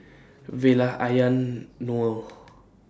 Vella Ayaan Noel